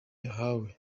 yahawe